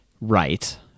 right